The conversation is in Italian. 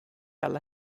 alla